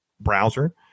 browser